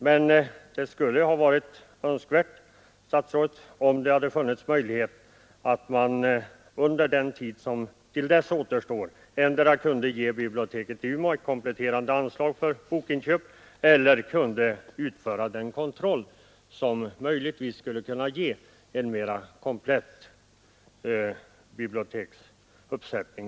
Men det skulle ha varit önskvärt, herr statsråd, att det hade funnits möjligheter att för den tid som återstår tills resultatet av uppdraget föreligger ge universitetet i Umeå ett kompletterande anslag för bokinköp eller för en kontroll som skulle kunna ge universitetet en mera komplett biblioteksuppsättning.